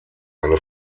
eine